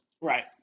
Right